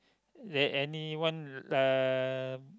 there anyone uh